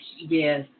Yes